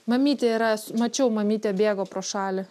mamytė yra s mačiau mamytė bėgo pro šalį